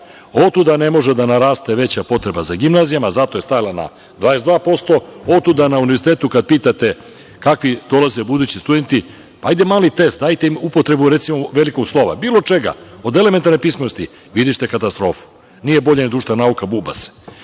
Otuda ne može da naraste veća potreba za gimnazijama. Zato je stala na 22%. Otuda na univerzitetu kada pitate kakve dolaze budući studenti, pa ajde mali tekst, dajte im upotrebu velikog slova, bilo čega od elementarne pismenosti. Videćete katastrofu. Nije bolje ni društvena nauka, buba se.